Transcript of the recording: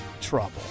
trouble